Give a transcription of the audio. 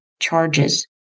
charges